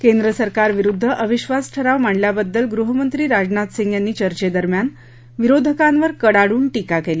केंद्र सरकारविरुद्ध अविश्वास ठराव मांडल्याबद्दल गृहमंत्री राजनाथ सिंग यांनी चर्चेदरम्यान विरोधकांवर कडाडून टीका केली